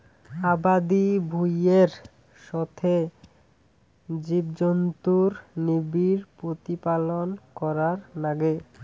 আবাদি ভুঁইয়ের সথে জীবজন্তুুর নিবিড় প্রতিপালন করার নাগে